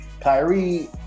Kyrie